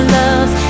love